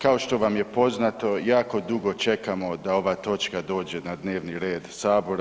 Kao što vam je poznato jako dugo čekamo da ova točka dođe na dnevni red sabora.